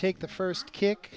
take the first kick